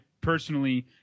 personally